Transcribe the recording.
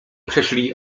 przeszli